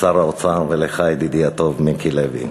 לשר האוצר ולך, ידידי הטוב מיקי לוי,